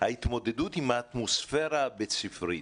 ההתמודדות עם האטמוספירה הבית-ספרית.